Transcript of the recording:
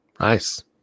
Nice